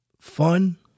fun